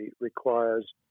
requires